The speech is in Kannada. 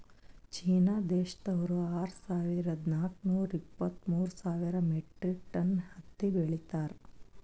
ಚೀನಾ ದೇಶ್ದವ್ರು ಆರ್ ಸಾವಿರದಾ ನಾಕ್ ನೂರಾ ಇಪ್ಪತ್ತ್ಮೂರ್ ಸಾವಿರ್ ಮೆಟ್ರಿಕ್ ಟನ್ ಹತ್ತಿ ಬೆಳೀತಾರ್